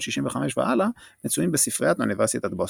והלאה מצויים בספריית אוניברסיטת בוסטון.